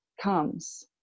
comes